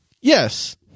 Yes